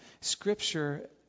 Scripture